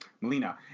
Melina